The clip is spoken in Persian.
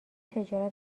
تجارت